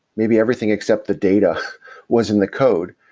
maybe everything except the data was in the code.